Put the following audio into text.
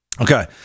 okay